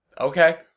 Okay